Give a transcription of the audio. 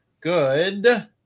good